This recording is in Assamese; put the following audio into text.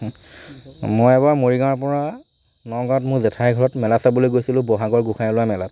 মই এবাৰ মৰিগাঁৱৰ পৰা নগাঁৱত মোৰ জেঠাইৰ ঘৰত মেলা চাবলৈ গৈছিলোঁ ব'হাগৰ গোঁসাই উলিওৱা মেলাত